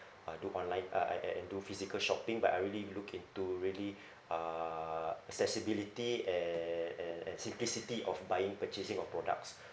uh do online I I at at do physical shopping but I really look into really uh accessibility and and and simplicity of buying purchasing of products